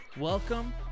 Welcome